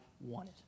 wanted